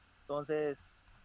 entonces